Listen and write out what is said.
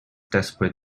desperate